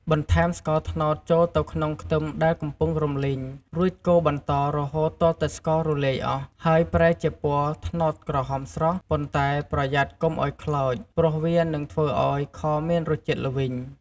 បន្ថែមស្ករត្នោតចូលទៅក្នុងខ្ទឹមដែលកំពុងរំលីង រួចកូរបន្តរហូតទាល់តែស្កររលាយអស់ ហើយប្រែជាពណ៌ត្នោតក្រហមស្រស់ ប៉ុន្តែ ប្រយ័ត្នកុំឱ្យខ្លោច ព្រោះវានឹងធ្វើឱ្យខមានរសជាតិល្វីង។